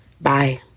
Bye